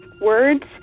words